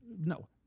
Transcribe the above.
No